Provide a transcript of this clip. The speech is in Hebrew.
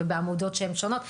ובעמודות שהן שונות?